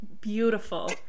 Beautiful